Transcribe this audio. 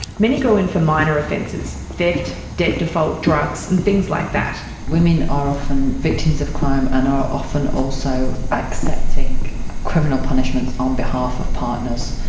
many go in for minor offences theft, debt default, drugs and things like that. women are often victims of crime and are often also accepting criminal punishments on behalf of partners.